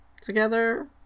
together